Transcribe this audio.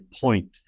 point